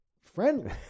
friendly